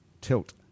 Tilt